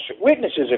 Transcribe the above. witnesses